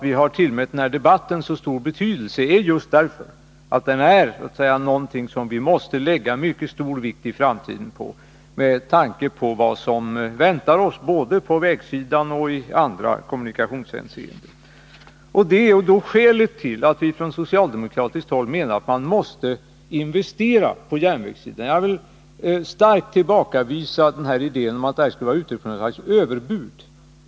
Vi har tillmätt denna debatt så stor betydelse därför att vi måste lägga mycket större vikt vid järnvägarna i framtiden, med tanke på vad som väntar oss i fråga om kommunikationerna. Det är skälet till att vi från socialdemo kratiskt håll menat att man måste investera på järnvägssidan. Jag vill starkt tillbakavisa att det skulle vara överbud.